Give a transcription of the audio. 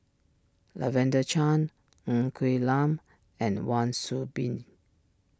Lavender Chang Ng Quee Lam and Wan Soon Bee